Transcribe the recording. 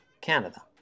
Canada